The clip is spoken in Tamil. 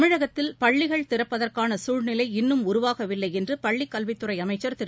தமிழகத்தில் பள்ளிகள் திறப்பதற்கானகுழ்நிலை இன்றும் உருவாகவில்லைஎன்றுபள்ளிக் கல்வித்துறைஅமைச்சர் திரு